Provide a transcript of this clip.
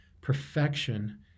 perfection